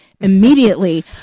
immediately